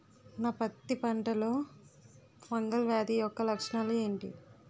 నా పత్తి పంటలో ఫంగల్ వ్యాధి యెక్క లక్షణాలు ఏంటి?